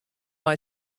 mei